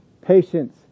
patience